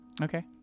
Okay